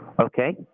Okay